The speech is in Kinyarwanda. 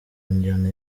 njyana